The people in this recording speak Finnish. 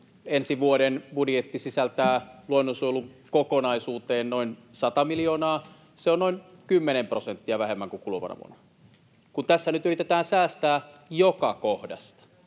Ensi vuoden budjetti sisältää luonnonsuojelukokonaisuuteen noin sata miljoonaa. Se on noin kymmenen prosenttia vähemmän kuin kuluvana vuonna. Kun tässä nyt yritetään säästää joka kohdasta,